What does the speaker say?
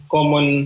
Common